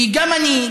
כי גם אני,